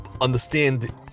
understand